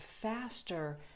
faster